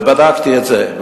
ובדקתי את זה,